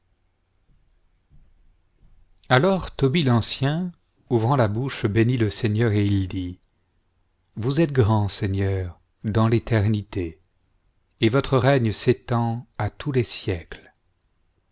alors tobie l'ancien ouvrant la bouche bénit le seigneur et il dit vous êtes grand seigneur dans l'éternité et votre règne s'étend à tous les siècles